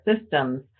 systems